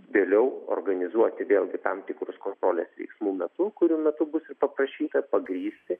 vėliau organizuoti vėlgi tam tikrus kontrolės veiksmų metu kurių metu bus paprašyta pagrįsti